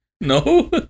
No